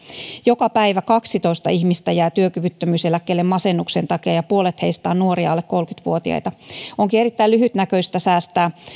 joka päivä kaksitoista ihmistä jää työkyvyttömyys eläkkeelle masennuksen takia ja puolet heistä on alle kolmekymmentä vuotiaita nuoria onkin erittäin lyhytnäköistä säästää